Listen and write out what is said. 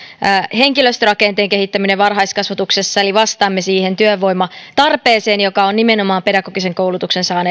henkilöstörakenteen kehittäminen varhaiskasvatuksessa eli vastaamme siihen työvoiman tarpeeseen joka on nimenomaan pedagogisen koulutuksen saaneille lastentarhanopettajille